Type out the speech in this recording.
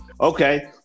Okay